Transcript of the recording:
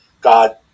God